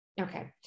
Okay